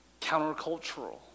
countercultural